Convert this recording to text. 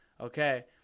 okay